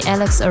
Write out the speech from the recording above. Alex